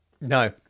No